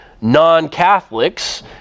non-Catholics